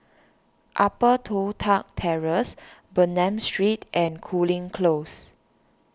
Upper Toh Tuck Terrace Bernam Street and Cooling Close